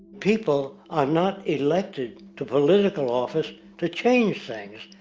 people are not elected to political office to change things.